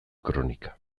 kronika